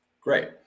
great